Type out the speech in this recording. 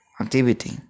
activity